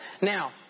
now